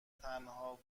تنها